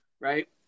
right